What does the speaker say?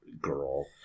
girl